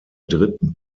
dritten